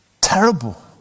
Terrible